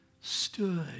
stood